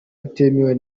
bitemewe